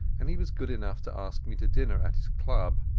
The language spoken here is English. and he was good enough to ask me to dinner at his club.